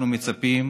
אנחנו מצפים